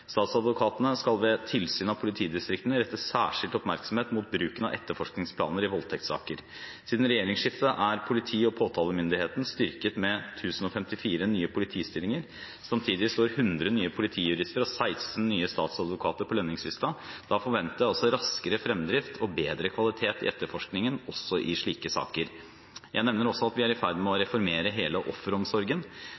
Statsadvokatene skal ved tilsyn av politidistriktene rette særskilt oppmerksomhet mot bruken av etterforskningsplaner i voldtektssaker. Siden regjeringsskiftet er politi- og påtalemyndigheten styrket med 1 054 nye politistillinger. Samtidig står 100 nye politijurister og 16 nye statsadvokater på lønningslisten. Da forventer jeg også raskere fremdrift og bedre kvalitet i etterforskningen også i slike saker. Jeg nevner også at vi er i ferd med å